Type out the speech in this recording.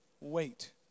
wait